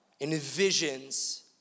envisions